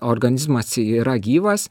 organizmas yra gyvas